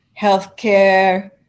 healthcare